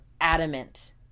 adamant